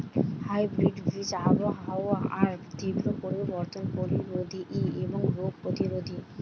hybrid বীজ আবহাওয়ার তীব্র পরিবর্তন প্রতিরোধী এবং রোগ প্রতিরোধী